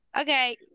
Okay